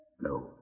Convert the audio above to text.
No